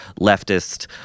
leftist